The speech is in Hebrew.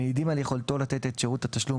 מעידים על יכולתו לתת את שירות התשלום